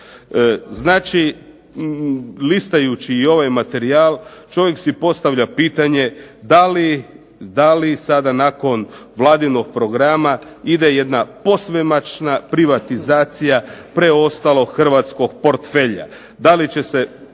Znači, listajući i ovaj materijal čovjek si postavlja pitanje da li sada nakon vladinog programa ide jedna posvemašna privatizacija preostalog hrvatskog portfelja?